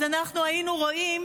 אז אנחנו היינו רואים